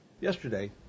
Yesterday